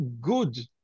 good